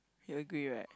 you agree right